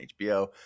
HBO